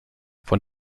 von